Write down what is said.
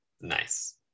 Nice